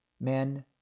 Men